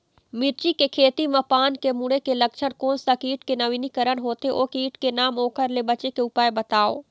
मिर्ची के खेती मा पान के मुड़े के लक्षण कोन सा कीट के नवीनीकरण होथे ओ कीट के नाम ओकर ले बचे के उपाय बताओ?